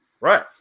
Right